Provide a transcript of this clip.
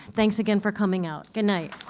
thanks again for coming out. goodnight.